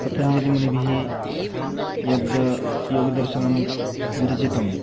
पतञ्जलिमुनिभिः यद् योगदर्शनं विरचितं